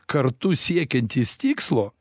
kartu siekiantys tikslo